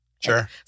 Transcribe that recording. Sure